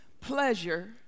pleasure